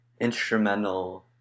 instrumental